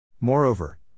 Moreover